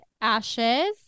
ashes